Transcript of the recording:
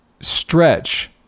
stretch